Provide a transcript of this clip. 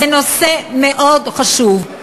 זה נושא מאוד חשוב.